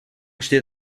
steht